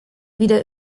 wieder